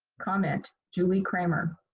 comment julie kramer.